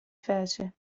fece